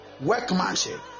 workmanship